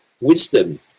wisdom